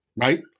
Right